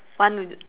want to